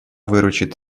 выручит